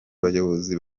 abayobozi